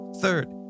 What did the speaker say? Third